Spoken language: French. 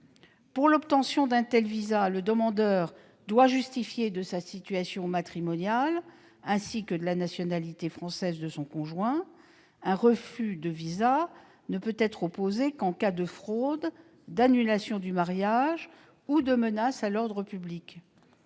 Pour l'obtention d'un tel visa, le demandeur doit justifier de sa situation matrimoniale, ainsi que de la nationalité française de son conjoint. Un refus de visa ne peut être opposé qu'en cas de fraude, d'annulation du mariage ou de menace à l'ordre public.